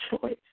choice